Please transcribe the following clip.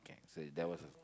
okay so that was the